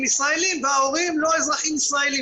ישראלים וההורים לא אזרחים ישראלים,